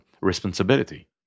responsibility